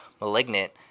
Malignant